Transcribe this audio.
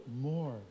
more